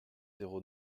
zéro